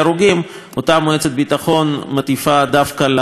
אותה מועצת ביטחון מטיפה דווקא למדינת ישראל.